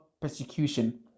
persecution